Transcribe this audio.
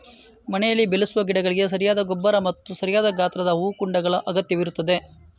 ಮನೆಯಲ್ಲಿ ಬೆಳೆಸುವ ಗಿಡಗಳಿಗೆ ಸರಿಯಾದ ಗೊಬ್ಬರ ಮತ್ತು ಸರಿಯಾದ ಗಾತ್ರದ ಹೂಕುಂಡಗಳ ಅಗತ್ಯವಿರುತ್ತದೆ